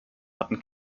hatten